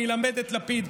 אני אלמד את לפיד,